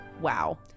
wow